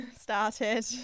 started